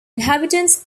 inhabitants